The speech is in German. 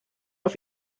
auf